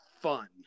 fun